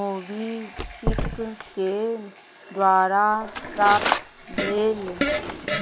मोबिपिकके द्वारा प्राप्त भेल